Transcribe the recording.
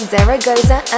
Zaragoza